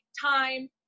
time